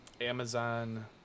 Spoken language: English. Amazon